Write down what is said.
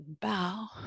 Bow